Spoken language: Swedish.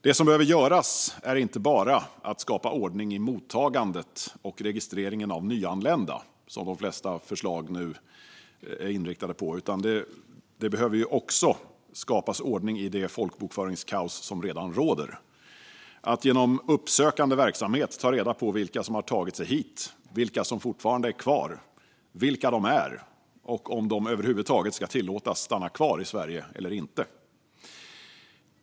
Det som behöver göras är inte bara att skapa ordning i mottagandet och registreringen av nyanlända, som de flesta förslag nu är inriktade på, utan det behöver också skapas ordning i det folkbokföringskaos som redan råder. Vi behöver genom uppsökande verksamhet ta reda på vilka som tagit sig hit, vilka som fortfarande är kvar, vilka de är och om de över huvud taget ska tillåtas stanna kvar i Sverige eller inte.